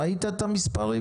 ראית את המספרים?